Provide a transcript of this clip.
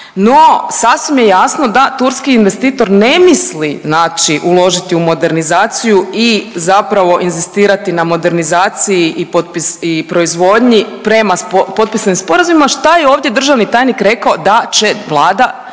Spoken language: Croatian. No sasvim je jasno da turski investitor ne misli uložiti u modernizaciju i zapravo inzistirati na modernizaciji i proizvodnji prema potpisanim sporazumima šta je ovdje državni tajnik rekao da će Vlada